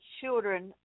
children